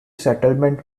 settlement